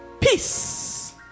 peace